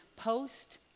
post